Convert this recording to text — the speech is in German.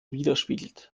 widerspiegelt